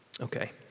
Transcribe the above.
Okay